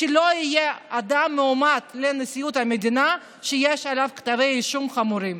שלא יהיה מועמד לנשיאות המדינה שיש נגדו כתבי אישום חמורים.